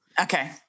Okay